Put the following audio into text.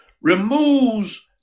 removes